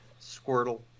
squirtle